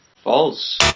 False